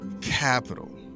capital